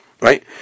Right